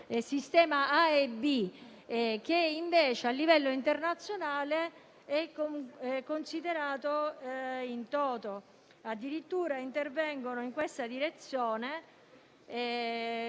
sezione B, che invece a livello internazionale si considera *in toto*. Addirittura intervengono in questa direzione